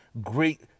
Great